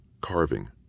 carving